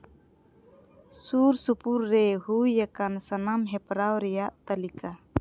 ᱥᱩᱨᱼᱥᱩᱯᱩᱨ ᱨᱮ ᱦᱩᱭ ᱟᱠᱟᱱ ᱥᱟᱱᱟᱢ ᱦᱮᱯᱨᱟᱣ ᱨᱮᱭᱟᱜ ᱛᱟᱹᱞᱤᱠᱟ